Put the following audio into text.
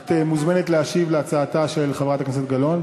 את מוזמנת להשיב על הצעתה של חברת הכנסת גלאון.